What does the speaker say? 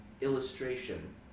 illustration